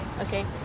Okay